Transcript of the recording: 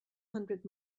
hundred